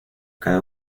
cada